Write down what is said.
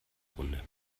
runde